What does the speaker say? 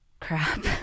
crap